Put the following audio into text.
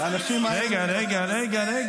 האנשים האלה --- תגיד, על מה אתה מדבר?